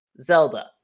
Zelda